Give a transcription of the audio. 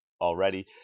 already